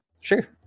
Sure